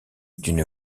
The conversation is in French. d’une